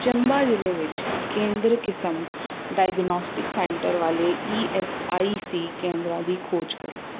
ਚੰਬਾ ਜ਼ਿਲ੍ਹੇ ਵਿੱਚ ਕੇਂਦਰ ਕਿਸਮ ਡਾਇਗਨੌਸਟਿਕਸ ਸੈਂਟਰ ਵਾਲੇ ਈ ਐੱਸ ਆਈ ਸੀ ਕੇਂਦਰਾਂ ਦੀ ਖੋਜ ਕਰੋ